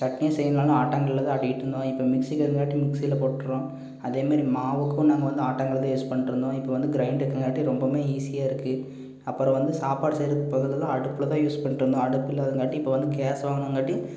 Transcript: சட்னி செய்யணுனாலும் ஆட்டாங்கல்லதான் ஆட்டிட்டுருந்தோம் இப்போ மிக்ஸி இருக்கங்காட்டி மிக்ஸியில் போடறோம் அதேமாரி மாவுக்கும் நாங்கள் வந்து ஆட்டாங்கல்லதான் யூஸ் பண்ணிட்டுருந்தோம் இப்போ வந்து கிரைண்டர்ருக்கங்காட்டி ரொம்பவுமே ஈஸியாகருக்கு அப்புறம் வந்து சாப்பாடு செய்கிறது போகிறதுலாம் அடுப்பில் தான் யூஸ் பண்ணிட்டுருந்தோம் அடுப்பு இல்லாதங்காட்டி இப்போ வந்து கேஸ் வாங்கணுங்காட்டி